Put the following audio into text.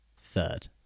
third